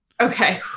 Okay